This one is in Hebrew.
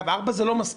אגב, 16 זה לא מספיק.